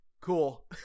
Cool